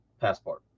passport